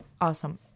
awesome